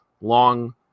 long